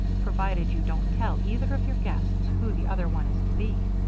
provided you don't tell either of your guests who the other one is to be.